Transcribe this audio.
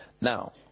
Now